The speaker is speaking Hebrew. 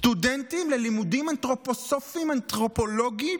סטודנטים ללימודים אנתרופוסופיים אנתרופולוגיים